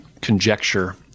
conjecture